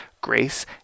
Grace